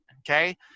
okay